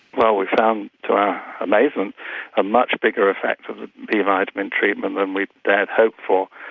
well we found to our amazement a much bigger effect of the b vitamin treatment than we dared hope for.